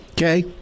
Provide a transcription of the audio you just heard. Okay